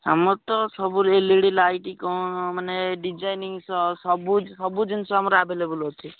ଆମର ତ ସବୁ ଏଲ୍ ଇ ଡ଼ି ଲାଇଟ୍ କ'ଣ ମାନେ ଡିଜାଇନିଂ ସହ ସବୁ ସବୁ ଜିନିଷ ଆମର ଆଭେଲେବୁଲ୍ ଅଛି